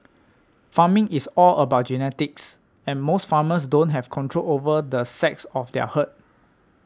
farming is all about genetics and most farmers don't have control over the sex of their herd